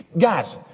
Guys